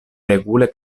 regule